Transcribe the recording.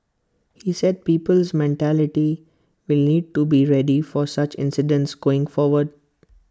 he said people's mentality will need to be ready for such incidents going forward